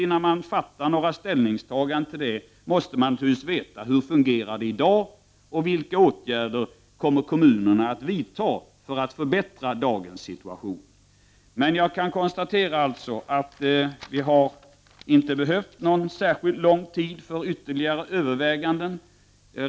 Innan man gör några ställningstaganden måste man naturligtvis veta hur det fungerar i dag och vilka åtgärder kommunerna kommer att vidta för att förbättra dagens situation. Jag kan alltså konstatera att vi inte har behövt särskilt lång tid för ytterligare överväganden.